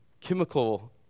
chemical